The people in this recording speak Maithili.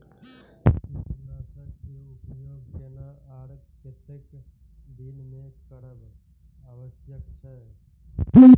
कीटनाशक के उपयोग केना आर कतेक दिन में करब आवश्यक छै?